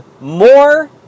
more